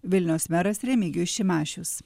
vilniaus meras remigijus šimašius